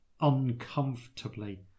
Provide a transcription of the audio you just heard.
uncomfortably